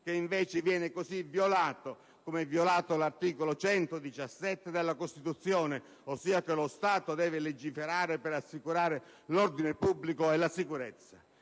che, invece, viene così violato, come è violato l'articolo 117 della Costituzione (lo Stato deve legiferare per assicurare l'ordine pubblico e la sicurezza).